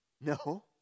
No